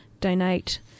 donate